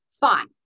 Fine